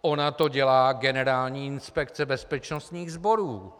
Ona to dělá Generální inspekce bezpečnostních sborů!